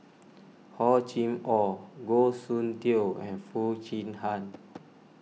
Hor Chim or Goh Soon Tioe and Foo Chee Han